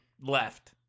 left